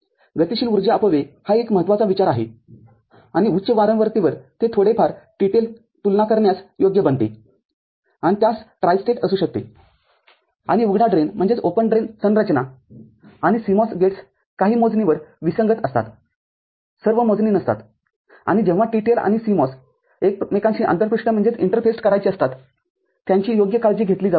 गतिशील ऊर्जा अपव्यय हा एक महत्त्वाचा विचार आहे आणि उच्च वारंवारतेवर ते थोडेफार TTL तुलना करण्यास योग्य बनते आणि त्यास ट्रायस्टेट असू शकते आणि उघडा ड्रेन संरचना आणि CMOS गेट्सकाही मोजणीवर विसंगत असतातसर्व मोजणी नसतात आणि जेव्हा TTL आणि CMOS एकमेकांशी आंतरपृष्ठ करायचे असतात त्यांची योग्य काळजी घेतली जाऊ शकते